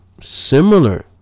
similar